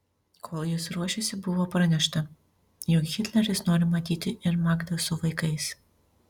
kol jis ruošėsi buvo pranešta jog hitleris nori matyti ir magdą su vaikais